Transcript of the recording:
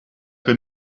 been